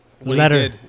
letter